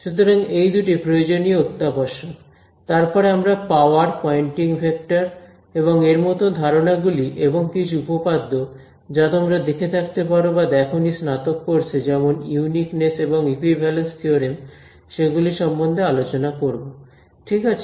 সুতরাং এই দুটি প্রযোজনীয় অত্যাবশ্যক তারপরে আমরা পাওয়ার পয়েন্টিং ভেক্টর এবং এর মত ধারণাগুলি এবং কিছু উপপাদ্য যা তোমরা দেখে থাকতে পারো বা দেখনি স্নাতক কোর্সে যেমন ইউনিকনেস এবং ইকুইভ্যালেন্স থিওরেম সেগুলি সম্বন্ধে আলোচনা করব ঠিক আছে